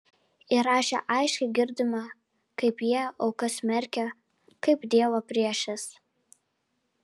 įraše aiškiai girdima kaip jie aukas smerkia kaip dievo priešes